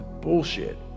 bullshit